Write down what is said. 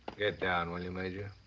get down, will you major?